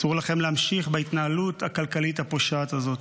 אסור לכם להמשיך בהתנהלות הכלכלית הפושעת הזאת.